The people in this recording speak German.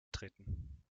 treten